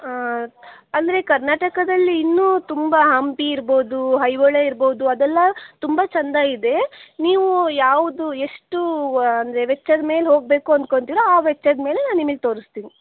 ಅಂದರೆ ಕರ್ನಾಟಕದಲ್ಲಿ ಇನ್ನೂ ತುಂಬ ಹಂಪಿ ಇರಬಹುದು ಐಹೊಳೆ ಇರಬಹುದು ಅದೆಲ್ಲ ತುಂಬ ಚಂದ ಇದೆ ನೀವು ಯಾವುದು ಎಷ್ಟು ಅಂದರೆ ವೆಚ್ಚದ ಮೇಲೆ ಹೋಗಬೇಕು ಅಂದ್ಕೊಂತಿರೋ ಆ ವೆಚ್ಚದ ಮೇಲೆ ನಾನು ನಿಮಗೆ ತೋರಿಸ್ತೀನಿ